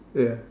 ya